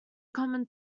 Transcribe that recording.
common